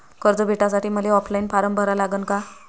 कर्ज भेटासाठी मले ऑफलाईन फारम भरा लागन का?